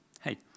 hey